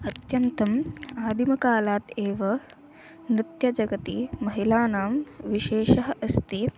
अत्यन्तम् आदिमकालात् एव नृत्यजगति महिलानां विशेषः अस्ति